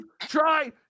try